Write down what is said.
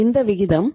இந்த விகிதம் 0